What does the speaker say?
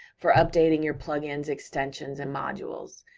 for updating your plugins, extensions, and modules,